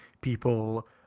people